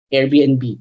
Airbnb